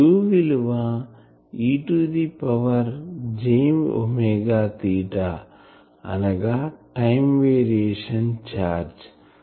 q విలువ e to the power j omega theta అనగా time variation charged